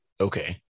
okay